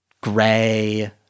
gray